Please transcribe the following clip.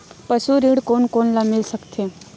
पशु ऋण कोन कोन ल मिल सकथे?